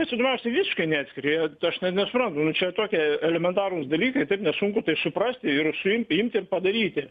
kas įdomiausia visiškai neatskiria jie aš net nesuprantu nu čia tokie elementarūs dalykai taip nesunku suprasti ir suimti imti ir padaryti